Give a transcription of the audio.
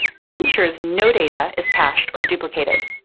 this ensures no data is cached or duplicated.